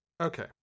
Okay